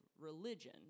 religion